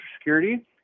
Security